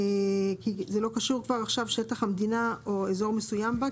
לא קשור עכשיו שטח המדינה או אזור מסוים בה,